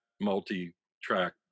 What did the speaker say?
multi-track